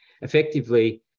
Effectively